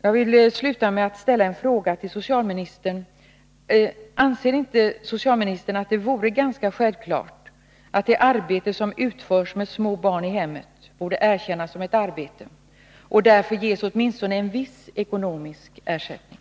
Jag vill sluta med att ställa en fråga till socialministern: Anser inte socialministern att det vore ganska självklart att det arbete som utförs med små barn i hemmet borde erkännas som ett arbete och därför berättiga till åtminstone viss ekonomisk ersättning?